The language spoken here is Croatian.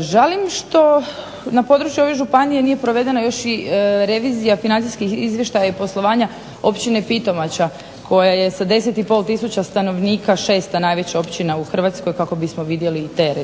Žalim što na području ove županije nije provedena još i revizija financijskih izvještaja i poslovanja Općine Pitomača koja je sa 10,5 tisuća stanovnika šesta najveća općina u Hrvatskoj kako bismo vidjeli te